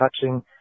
touching